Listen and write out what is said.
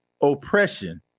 oppression